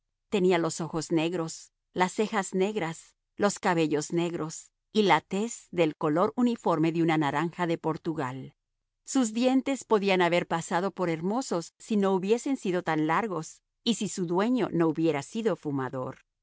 tenía los ojos negros las cejas negras los cabellos negros y la tez del color uniforme de una naranja de portugal sus dientes podían haber pasado por hermosos si no hubiesen sido tan largos y si su dueño no hubiera sido fumador